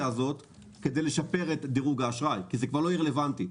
הזאת כדי לשפר את דירוג האשראי כי זה כבר לא יהיה רלוונטי.